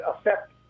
affect